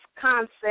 concept